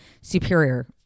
superior